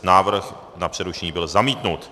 Návrh na přerušení byl zamítnut.